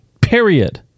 Period